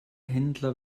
händler